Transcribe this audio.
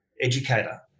educator